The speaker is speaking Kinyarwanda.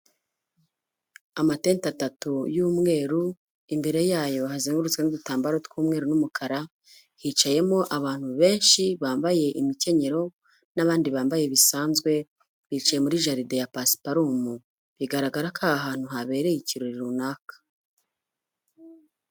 Amateti atatu y'umweru, imbere yayo hazengutswe n'udutambaro tw'umweru n'umukara, hicayemo abantu benshi bambaye imkenyero n'abandi bambaye bisanzwe, bicaye muri jaride ya pasparumu, bigaragara ko ahantu habereye ikirori runaka.